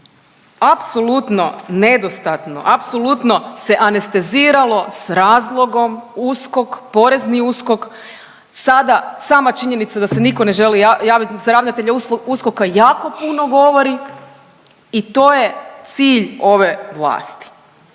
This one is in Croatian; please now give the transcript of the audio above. apsolutno nedostatno, apsolutno se anesteziralo s razlogom USKOK, porezni USKOK, sada sama činjenica da se nitko ne želi za ravnatelja USKOK-a jako puno govori i to je cilj ove vlasti.